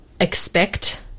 expect